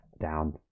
down